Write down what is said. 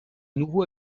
nouveau